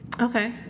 Okay